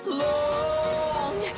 long